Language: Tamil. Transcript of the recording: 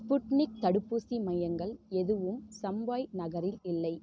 ஸ்புட்னிக் தடுப்பூசி மையங்கள் எதுவும் சம்பாய் நகரில் இல்லை